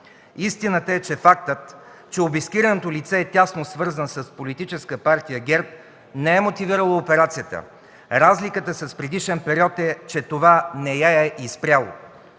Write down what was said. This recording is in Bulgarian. Истината е, че фактът, че обискираното лице е тясно свързано с Политическа партия ГЕРБ, не е мотивирало операцията. Разликата с предишен период е, че това не я е и спряло.